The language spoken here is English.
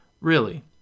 Really